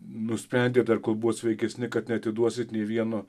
nusprendėt dar kol buvo sveikesni kad neatiduosit nei vieno